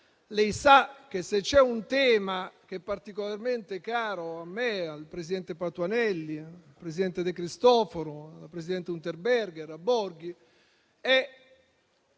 Lei sa che, se c'è un tema particolarmente caro a me, al presidente Patuanelli, al presidente De Cristofaro, alla presidente Unterberger, al collega